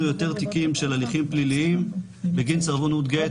יותר תיקים של הליכים פליליים בגין סרבנות גט,